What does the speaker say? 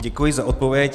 Děkuji za odpověď.